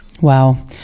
Wow